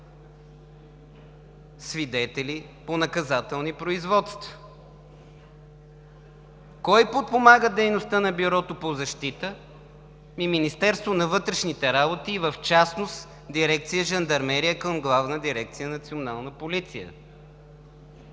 свидетели по наказателни производства. Кой подпомага дейността на Бюрото по защита? Ами Министерството на вътрешните работи, и в частност дирекция „Жандармерия“ към Главна дирекция „Национална полиция“.